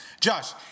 Josh